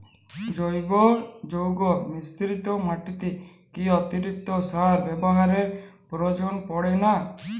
জৈব যৌগ মিশ্রিত মাটিতে কি অতিরিক্ত সার ব্যবহারের প্রয়োজন পড়ে না?